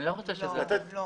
אני לא חושב שזה תפקידה.